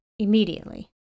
Immediately